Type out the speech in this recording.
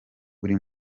buri